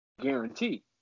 guarantee